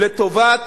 לטובת